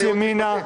תקבל ייעוץ משפטי.